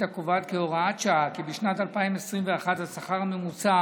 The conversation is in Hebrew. הקובעת כהוראת שעה כי בשנת 2021 השכר הממוצע